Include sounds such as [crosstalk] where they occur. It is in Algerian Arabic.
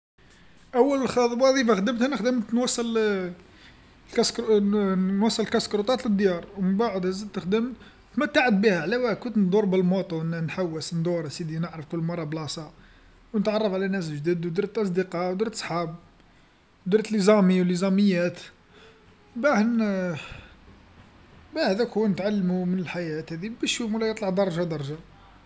أول [unintelligible] خدمت هنا خدمت نوصل ال-الكاسكروط- نوصل الكاسكروطات للديار، ومن بعد زدت خدمت، تمتعت بيها، على واه، كنت ندور بالدراجة النارية، ن- ن- نحوس ندور، نعرف كل مره بلاصه، ونتعرف على ناس جدد ودرت أصدقاء ودرت صحاب، درت الأصدقاء وليزاميات، باه ن- باه هذاك هو نتعلمو من الحياة، بشوي مولاي يطلع درجه درجه.